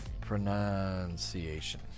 pronunciation